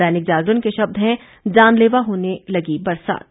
दैनिक जागरण के शब्द हैं जानलेवा होने लगी बरसात